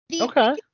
Okay